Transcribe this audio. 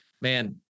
Man